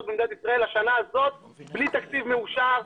במדינת ישראל בשנה הזאת בלי תקציב מאושר.